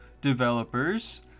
developers